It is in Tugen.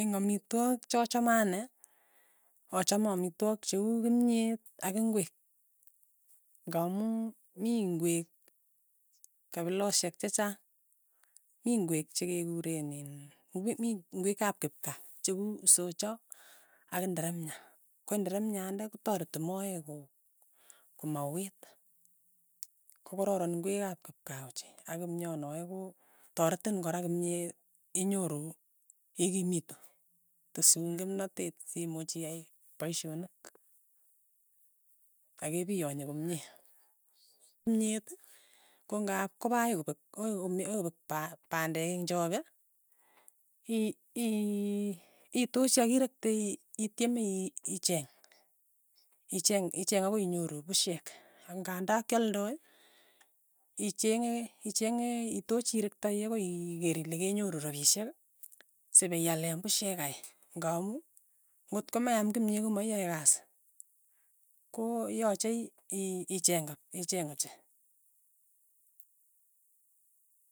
Ing' amitwokik cha chame ane, achame amitwokik che uu kimyet ak ingwek, ng'amu mii ingwek kapiloshek chechang, mi ingwek chekekureen iin ko mi mii ingwek ap kipkaa che uu socha ak nderemia, ko nderemiandet kotareti moe komauiit, kokoraran ing'wek ap kipkaa ochei ak kimyonoe ko taretin kora kimyee inyoru ikimitu, tesun kimnatet si muuch iyai paishonik, akepianyi komye, kimyet ko ng'ap kopa akoi kopek, kokoi komi akoi komi akoi koput pand pandek eng' choke, i- i- iituchi akirekte ii- ityeme ii- icheng, icheng icheng akoi inyoru pushek, ak ng'andaa kialdai, ichen'e icheng'e itochi irektai akoi ii iker ile kenyoru rapishek sipiale pushek kai, ng'amu ng'ot ko me aam kimyee komaiyae kasi, ko yoche ii- iicheng kap icheng ochei.